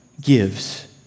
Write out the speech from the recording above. gives